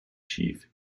chief